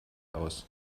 aus